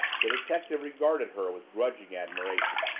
the detective regarded her with grudging admiration.